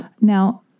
Now